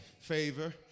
favor